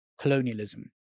colonialism